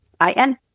I-N